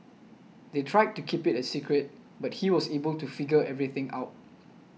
they tried to keep it a secret but he was able to figure everything out